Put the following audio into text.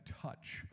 touch